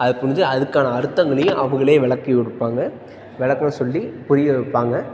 அது புரிஞ்சு அதுக்கான அர்த்தங்களையும் அவங்களே விளக்கி கொடுப்பாங்க விளக்கமா சொல்லி புரிய வைப்பாங்க